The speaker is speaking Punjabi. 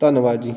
ਧੰਨਵਾਦ ਜੀ